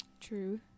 True